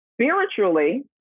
spiritually